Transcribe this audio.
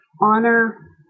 honor